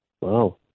Wow